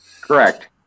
correct